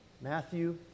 Matthew